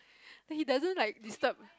like he doesn't like disturb